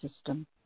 system